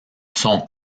son